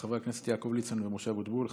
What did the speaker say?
של חברי הכנסת יעקב ליצמן ומשה אבוטבול.